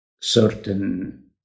certain